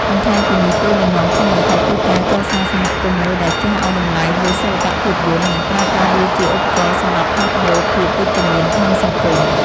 បន្ថែមពីនេះ គោលបំណងធំបំផុតគឺការកសាងសហគមន៍មួយដែលចេះឱ្យតម្លៃលើសិល្បៈភាពយន្ត និងប្រើប្រាស់វាជាឧបករណ៍សម្រាប់ផ្លាស់ប្តូរភាពវិជ្ជមានក្នុងសង្គម។